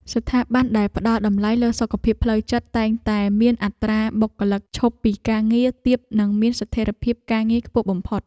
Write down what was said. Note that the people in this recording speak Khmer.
ស្ថាប័នដែលផ្តល់តម្លៃលើសុខភាពផ្លូវចិត្តតែងតែមានអត្រាបុគ្គលិកឈប់ពីការងារទាបនិងមានស្ថិរភាពការងារខ្ពស់បំផុត។